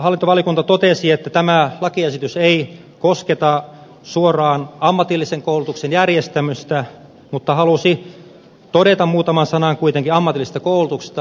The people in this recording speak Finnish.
hallintovaliokunta totesi että tämä lakiesitys ei kosketa suoraan ammatillisen koulutuksen järjestämistä mutta halusi todeta muutaman sanan kuitenkin ammatillisesta koulutuksesta